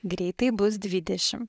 greitai bus dvidešim